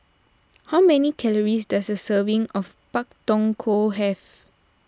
how many calories does a serving of Pak Thong Ko have